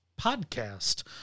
podcast